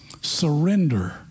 surrender